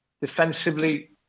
Defensively